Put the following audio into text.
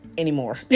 anymore